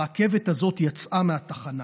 הרכבת הזאת יצאה מהתחנה.